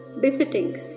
befitting